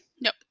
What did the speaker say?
Nope